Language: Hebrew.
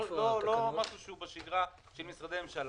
לא דבר שהוא בשגרה של משרדי הממשלה.